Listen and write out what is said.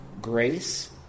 grace